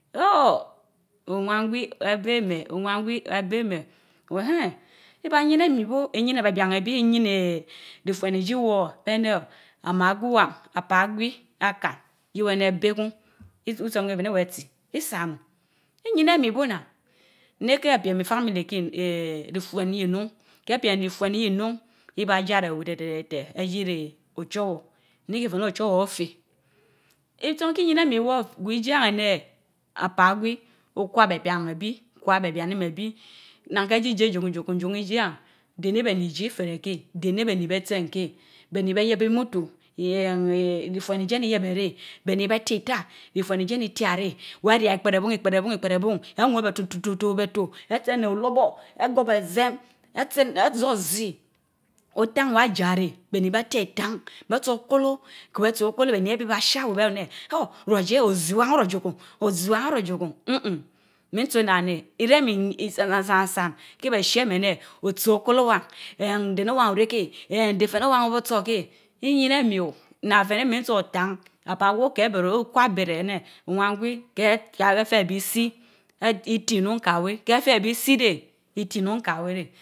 Huhh! Owan gwi ebah meh? Owan gwi, ebeh meh? eenhen, iba yin ami bu, iyin ebinn ejie, iyin ifuen iji woór, beh neeh amaa gwi wan apaa gwi akan reh eneh weh beh kun. itsan neh weh feneh weh tsi isa onun. Iyien emi bu nnan. Neh keh piem ifamili kin eehh ifuen yii nnun ke piem ifuen yi nnun iba jia jia reh weh téh teh te eji reh ochowor nifeh neh ochowor ofey. itsan ki yien emi woor gwi ijieyan eneh apaagwi okwa beeh bian egwi, okwa beh bianimeh gwi nnan keh jijeh jokun ijieyen dèh néh beni ijie ifere kéh, dehneh beni be tsen kéh. Beh ni beh yeb imutu eeen ifuen ijien iyebeh reh, behni beti ita ifue ijien itia reh, waya ikpere ibun ikpkere ibun anweh betututu oto atsen olorbo, pgorb bezem, aten, azórzi otan wa jia réh, beh ni beh tie otaan beh tso okolo, keh beh tsó okolo behni ebaa shaa aweh enèh, beh ruun enèh huh! rurjie oziwan orojie hun, oziwan orojie kun. nnhm nhm. min tsò nnan nèh, ireh mi san san san san kehbeh shie mi eneh otsi okolo wan eehm. neh owan oreh keh eehmm. deh feneh owan otsó kéh iyinemi o, nna fe neh minsor otaan apaagwi okeh ébereh okwa ebereh néh owan gwi keh feh ubi isi, iti inunn ka weh keh feh ubi isi reh, iti innun ka weh reh